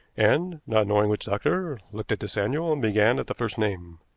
and, not knowing which doctor, looked at this annual and began at the first name.